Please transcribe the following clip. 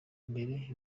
mbere